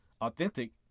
authentic